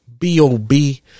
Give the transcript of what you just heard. B-O-B